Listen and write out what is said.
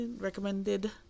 recommended